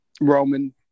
Roman